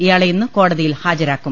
ഇയാളെ ഇന്ന് കോടതിയിൽ ഹാജരാ ക്കും